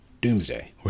doomsday